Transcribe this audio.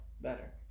better